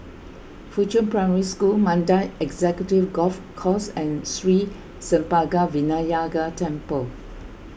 Fuchun Primary School Mandai Executive Golf Course and Sri Senpaga Vinayagar Temple